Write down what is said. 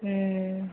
हूँ